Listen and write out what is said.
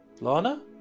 Lana